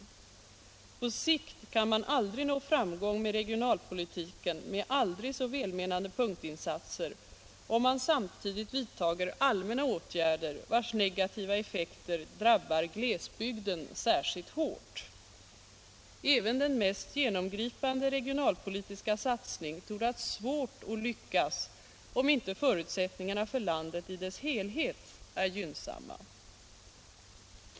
På sikt kan man aldrig nå framgång med regionalpolitiken med aldrig så välmenande punktinsatser om man samtidigt vidtager allmänna åtgärder, vilkas negativa effekter drabbar glesbygden särskilt svårt. Även den mest genomgripande regionalpolitiska satsning torde ha svårt att lyckas om inte förutsättningarna för landet i dess helhet är gynnsamma.